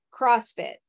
CrossFit